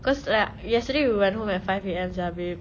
cause like yesterday we went home at five A_M sia babe